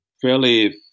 fairly